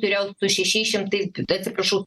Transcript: turėjau su šešiais šimtais atsiprašau